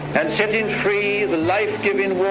and setting free the life-giving waters